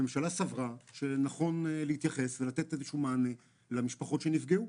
הממשלה סברה שנכון להתייחס ולתת מענה למשפחות שנפגעו.